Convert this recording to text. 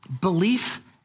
Belief